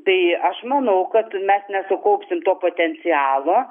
tai aš manau kad mes nesukaupsim to potencialo